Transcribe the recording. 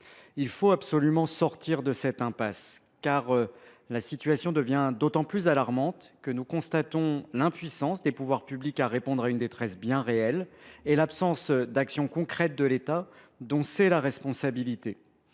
Il faut absolument sortir de cette impasse. La situation devient d’autant plus alarmante que nous constatons l’impuissance des pouvoirs publics à faire face à une détresse bien réelle et l’absence d’actions concrètes de l’État, dont la responsabilité